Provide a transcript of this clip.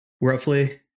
roughly